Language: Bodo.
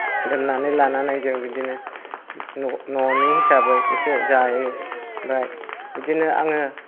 दोननानै लानानै जों बिदिनो न' न'नि हिसाबै इसे जायो ओमफ्राय बिदिनो आङो